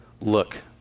Look